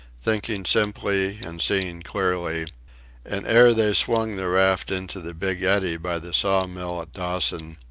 thinking simply and seeing clearly and ere they swung the raft into the big eddy by the saw-mill at dawson,